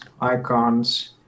icons